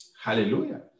Hallelujah